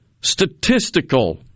statistical